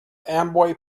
amboy